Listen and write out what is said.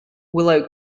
willow